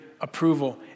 approval